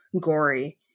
gory